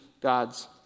God's